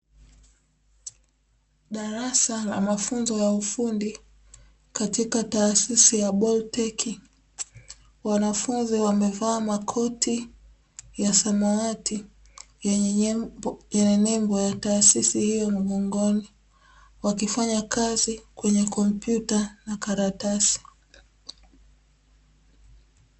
Darasa la mafunzo ya ufundi katika taasisi ya "Boltek". Wanafunzi wamevaa makoti ya samawati yenye nembo ya taasisi hiyo mgongoni. Wakifanya kazi kwenye kompyuta na karatasi.